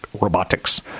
robotics